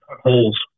holes